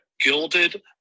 gilded